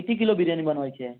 किती किलो बिर्याणी बनवायची आहे